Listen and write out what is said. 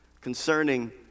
concerning